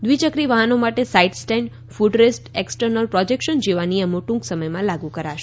દ્વિચક્રી વાહનો માટે side stand front rest external projection જેવા નિયમો ટૂંક સમયમાં લાગુ કરાશે